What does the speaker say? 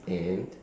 and